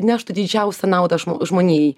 neštų didžiausią naudą žmonijai